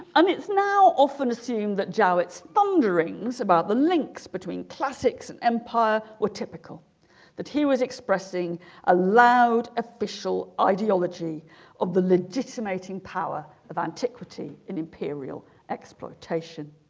um it's now often assumed that jao its ponderings about the links between classics and empire were typical that he was expressing a loud official ideology of the legitimating power of antiquity in imperial exploitation